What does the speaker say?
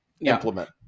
implement